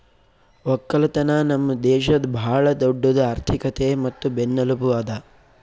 ಒಕ್ಕಲತನ ನಮ್ ದೇಶದ್ ಭಾಳ ದೊಡ್ಡುದ್ ಆರ್ಥಿಕತೆ ಮತ್ತ ಬೆನ್ನೆಲುಬು ಅದಾ